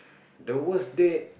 the worst date